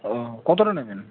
ও কতোটা নেবেন